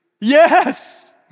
Yes